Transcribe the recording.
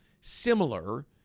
similar